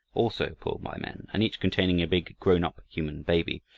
also pulled by men, and each containing a big grown-up human baby.